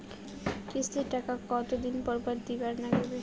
কিস্তির টাকা কতোদিন পর পর দিবার নাগিবে?